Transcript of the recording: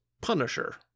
Punisher